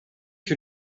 que